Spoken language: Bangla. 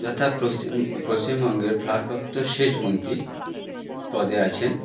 যথা পশ্চিমবঙ্গের ভারপ্রাপ্ত সেচ মন্ত্রী পদে আছেন